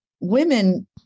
women